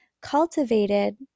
cultivated